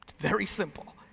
very simple.